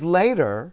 later